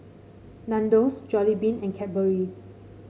Nandos Jollibean and Cadbury